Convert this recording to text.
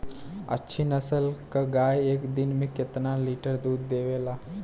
अच्छी नस्ल क गाय एक दिन में केतना लीटर दूध देवे ला?